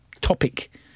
topic